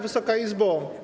Wysoka Izbo!